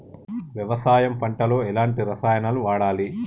వ్యవసాయం పంట లో ఎలాంటి రసాయనాలను వాడాలి?